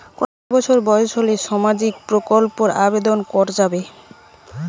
কত বছর বয়স হলে সামাজিক প্রকল্পর আবেদন করযাবে?